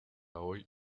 hoy